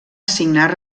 assignar